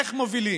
איך מובילים.